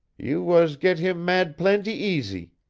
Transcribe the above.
you was get heem mad plaintee easy.